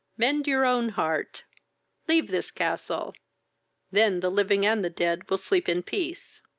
mend your own heart leave this castle then the living and the dead will sleep in peace.